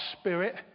spirit